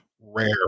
rare